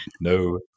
No